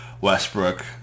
Westbrook